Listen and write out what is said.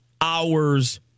hours